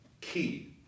key